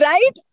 Right